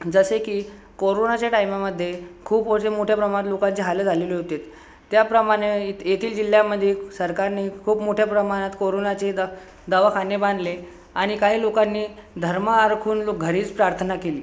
जसे की कोरोनाच्या टाईमामध्ये खूप वर्षे मोठ्या प्रमाणात लोकांचे हाल झालेले होते त्याप्रमाणे ये येथील जिल्ह्यामध्ये सरकारने खूप मोठ्या प्रमाणात कोरोनाचे द दवाखाने बांधले आणि काही लोकांनी धर्म आरखून लोक घरीच प्रार्थना केली